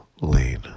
lane